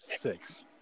six